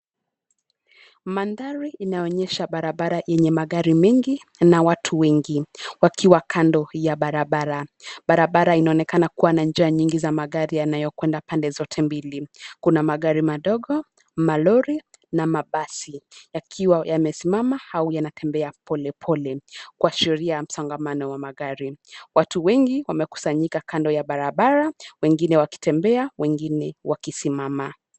Mandhari inaonyesha barabara yenye magari mengi, na watu wengi, wakiwa kando ya barabara, barabara inaonekana kuwa na njia nyingi za magari yanayokwenda pande zote mbili, kuna magari madogo, malori, na mabasi, yakiwa yamesimama au yanatembea polepole, kwa sheria ya msongamano wa magari, watu wengi wamekusanyika kando ya barabara, wengine wakitembea, wengine wakisimama.